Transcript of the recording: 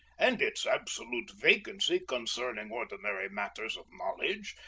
and its absolute vacancy concerning ordinary matters of knowledge,